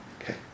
Okay